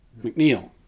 McNeil